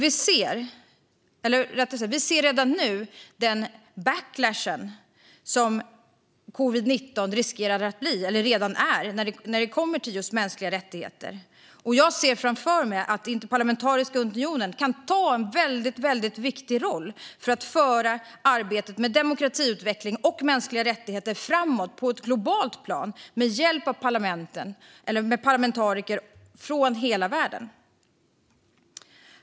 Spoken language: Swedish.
Vi ser redan nu den backlash som covid-19 riskerar att leda till eller som redan finns när det kommer till just mänskliga rättigheter. Jag ser framför mig att Interparlamentariska unionen kan ta en väldigt viktig roll när det gäller att föra arbetet med demokratiutveckling och mänskliga rättigheter framåt på ett globalt plan med hjälp av parlamentariker från hela världen.